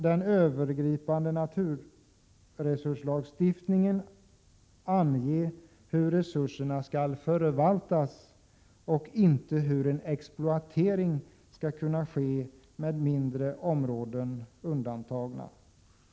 Den övergripande naturresurslagstiftningen bör enligt vår mening ange hur resurserna skall förvaltas och inte hur en exploatering skall ske med mindre områden undantagna.